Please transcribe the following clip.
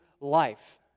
life